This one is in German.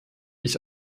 ich